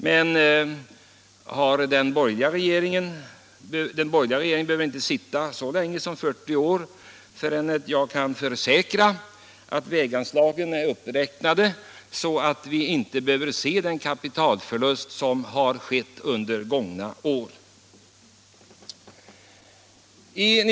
Jag kan försäkra att den borgerliga regeringen inte behöver sitta så länge som 40 år innan väganslagen är uppräknade, så vi behöver inte vara med om den kapitalförlust som skett under gångna år.